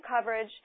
coverage